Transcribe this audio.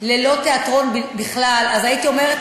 (אומר בערבית: שאל, בן-אדם.) (אומר בערבית: